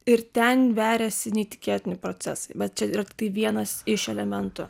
ir ten veriasi neįtikėtini procesai bet čia yra tiktai vienas iš elementų